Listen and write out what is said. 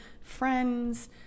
friends